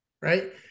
right